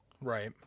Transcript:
Right